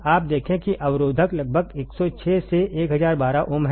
आप देखें कि अवरोधक लगभग 106 से 1012 ओम है